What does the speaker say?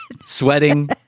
sweating